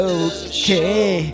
okay